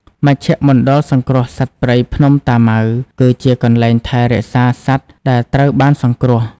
មជ្ឈមណ្ឌលសង្គ្រោះសត្វព្រៃភ្នំតាម៉ៅ គឺជាកន្លែងថែរក្សាសត្វដែលត្រូវបានសង្គ្រោះ។